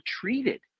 treated